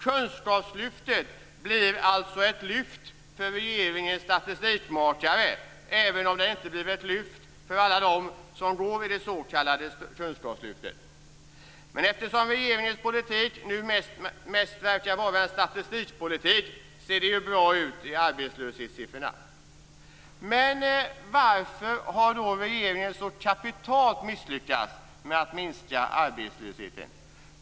Kunskapslyftet blir alltså ett lyft för regeringens statistikmakare, även om det inte blir ett lyft för alla dem som får det s.k. kunskapslyftet. Eftersom regeringens politik nu mest verkar vara en statistikpolitik ser det ju bra ut i arbetslöshetssiffrorna. Varför har regeringen misslyckats så kapitalt med att minska arbetslösheten?